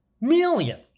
million